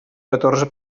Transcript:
catorze